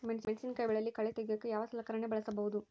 ಮೆಣಸಿನಕಾಯಿ ಬೆಳೆಯಲ್ಲಿ ಕಳೆ ತೆಗಿಯೋಕೆ ಯಾವ ಸಲಕರಣೆ ಬಳಸಬಹುದು?